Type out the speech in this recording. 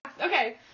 Okay